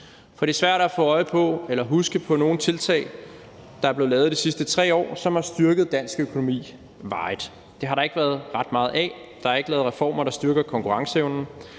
Det er svært at få øje på eller huske nogle tiltag, der er blevet lavet de sidste 3 år, som har styrket dansk økonomi varigt. Det har der ikke været ret meget af. Der er ikke lavet reformer, der styrker konkurrenceevnen;